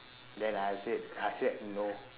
then I said I said no